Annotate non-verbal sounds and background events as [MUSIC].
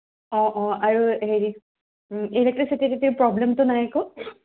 অঁ অঁ আৰু হেৰি ইলেক্ট্ৰিচিটিৰ [UNINTELLIGIBLE] প্ৰব্লেমটো নাই একো